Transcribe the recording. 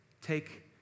Take